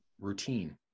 routine